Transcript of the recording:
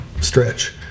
stretch